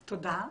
תודה.